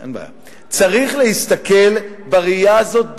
צריך להסתכל בראייה הזאת,